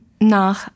nach